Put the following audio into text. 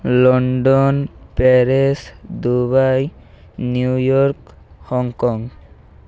London Paris Dubai New York Hong Kong